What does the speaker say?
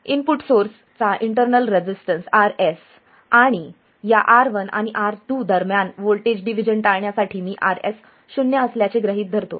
input source चा internal resistance Rs आणि या R1 आणि R2 दरम्यान व्होल्टेज डिव्हिजन टाळण्यासाठी मी Rs शून्य असल्याचे गृहित धरतो